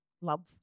love